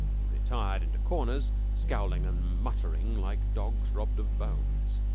who retired into corners, scowling and muttering, like dogs robbed of bones.